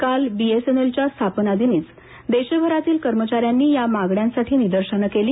काल बीएसएनएलच्या स्थापना दिनीच देशभऱातील कर्मचार्यांनी या मागण्यांसाठी निदर्शनं केली